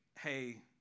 hey